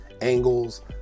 angles